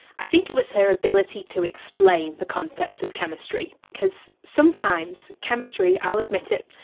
i think it was her ability to explain the concepts of chemistry, because sometimes chemistry, i'll admit it,